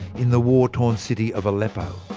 in the war-torn city of aleppo.